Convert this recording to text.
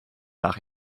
nach